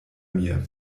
mir